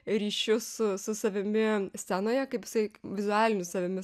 ryšiu su su savimi scenoje kaip jisai vizualiniu savimi